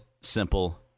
simple